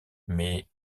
mais